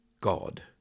God